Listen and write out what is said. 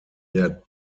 der